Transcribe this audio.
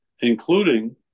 including